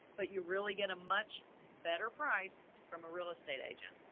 but you really get a much better price from a real estate agent.